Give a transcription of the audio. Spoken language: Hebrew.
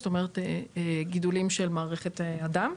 זאת אומרת גידולים של מערכת הדם,